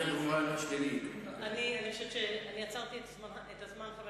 אני עצרתי את הזמן,